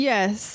Yes